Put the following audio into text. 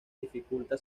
dificulta